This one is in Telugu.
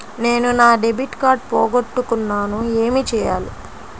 నేను నా డెబిట్ కార్డ్ పోగొట్టుకున్నాను ఏమి చేయాలి?